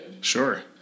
Sure